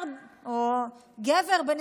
גבר בן